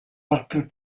worker